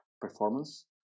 performance